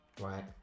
right